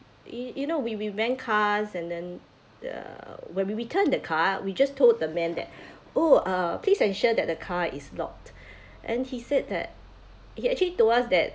y~ you know we we rent cars and then uh when we return the car we just told the man that oh uh please ensure that the car is locked and he said that he actually told us that